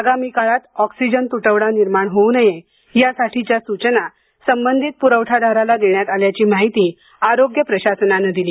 आगामी काळात ऑक्सिजन तुटवडा निर्माण होऊ नये यासाठीच्या सूचना संबंधित पुरवठादाराला देण्यात आल्याची माहिती आरोग्य प्रशासनानं दिली